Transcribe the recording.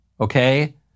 okay